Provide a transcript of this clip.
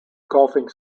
golfing